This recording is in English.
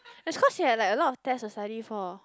it's cause you have like quite a lot of test to study for